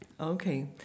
okay